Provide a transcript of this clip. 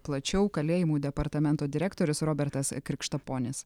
plačiau kalėjimų departamento direktorius robertas krikštaponis